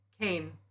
came